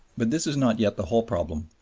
but this is not yet the whole problem.